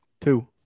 Two